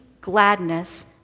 gladness